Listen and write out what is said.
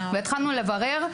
התחלנו לברר,